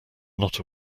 not